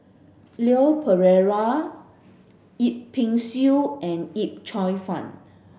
Leon Perera Yip Pin Xiu and Yip Cheong Fun